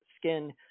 skin